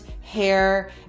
hair